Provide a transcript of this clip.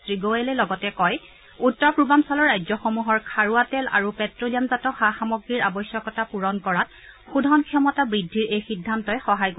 শ্ৰীগোৰেলে লগতে কয় উত্তৰ পূৰ্বাঞ্চলৰ ৰাজ্যসমূহৰ খাৰুৱা তেল আৰু পেট্টলিয়ামজাত সা সামগ্ৰীৰ আৱশ্যকতা পূৰণ কৰাত শোধন ক্ষমতা বৃদ্ধিৰ এই সিদ্ধান্তই সহায় কৰিব